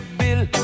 bill